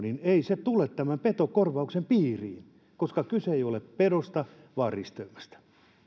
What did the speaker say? niin ei se tule tämän petokorvauksen piiriin koska kyse ei ole pedosta vaan risteymästä